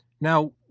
Now